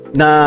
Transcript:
na